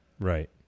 Right